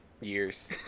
years